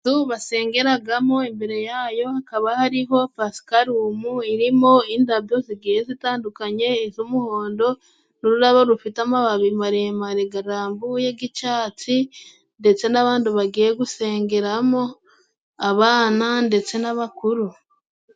Inzu basengeragamo. Imbere yayo hakaba hariho pasipalumu irimo indabyo zigiye zitandukanye. Iz'umuhondo, n'ururabo rufite amababi maremare garambuye g'icatsi, ndetse n'abantu bagiye gusengeramo, abana ndetse n'abakuru.